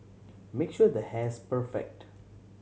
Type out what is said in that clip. make sure the hair's perfect